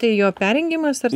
tai jo perrengimas ar